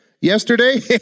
Yesterday